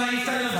חבר הכנסת אלמוג,